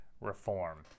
reform